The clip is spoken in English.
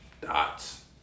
dots